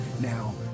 Now